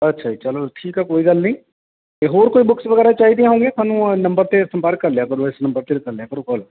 ਅੱਛਾ ਜੀ ਚਲੋ ਠੀਕ ਆ ਕੋਈ ਗੱਲ ਨਹੀਂ ਇਹ ਹੋਰ ਕੋਈ ਬੁਕਸ ਵਗੈਰਾ ਚਾਹੀਦੀਆਂ ਹੋਊਗੀਆਂ ਸਾਨੂੰ ਨੰਬਰ 'ਤੇ ਸੰਪਰਕ ਕਰ ਲਿਆ ਕਰੋ ਇਸ ਨੰਬਰ 'ਤੇ ਕਰ ਲਿਆ ਕਰੋ ਕੋਲ